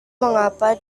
mengapa